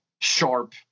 sharp